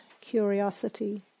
curiosity